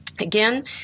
Again